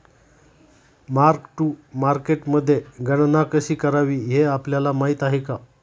Mark to मार्केटमध्ये गणना कशी करावी हे आपल्याला माहित आहे का?